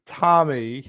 tommy